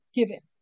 given